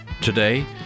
today